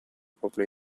popolo